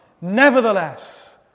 nevertheless